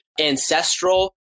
ancestral